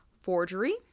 forgery